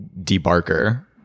debarker